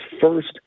first